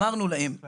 אמרנו להם, באמת,